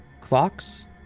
clocks